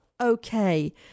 okay